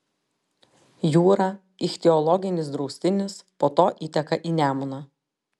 jūra ichtiologinis draustinis po to įteka į nemuną